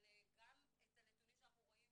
אבל גם על הנתונים שאנחנו רואים